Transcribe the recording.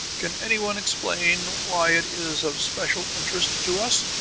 can any one explain why it is of special interest to us?